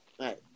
Right